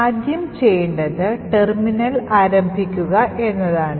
ആദ്യം ചെയ്യേണ്ടത് ടെർമിനൽ ആരംഭിക്കുക എന്നതാണ്